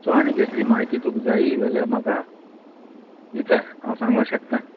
so आनी केसली म्हायती तुका जायी जाल्या म्हाका इचार हांव सांगो शेकता